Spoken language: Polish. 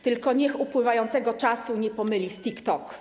Tylko niech upływającego czasu nie pomyli z TikTok.